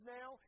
now